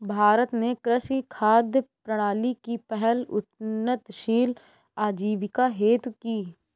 भारत ने कृषि खाद्य प्रणाली की पहल उन्नतशील आजीविका हेतु की